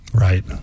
Right